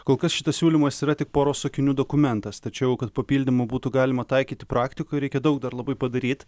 kol kas šitas siūlymas yra tik poros sakinių dokumentas tačiau kad papildymų būtų galima taikyti praktikoje reikia daug dar labai padaryt